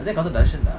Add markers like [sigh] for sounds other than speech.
[laughs]